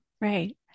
Right